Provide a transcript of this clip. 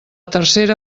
tercera